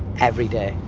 every day,